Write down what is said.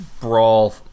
brawl